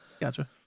Gotcha